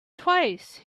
twice